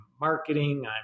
marketing